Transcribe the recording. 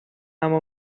اما